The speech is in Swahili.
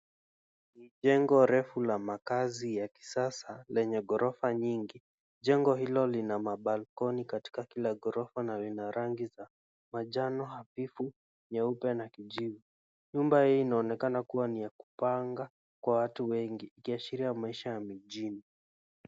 Jengo refu la makazi ya kisasa yenye ghorofa nyingi. Jengo hilo lina mabalcony katika kila ghorofa na vina rangi za manjano hafifu, nyeupe na kijivu. Nyumba hii inaonekana kuwa ni ya kupanga kwa watu wengi ikiashiria maisha ya mijini.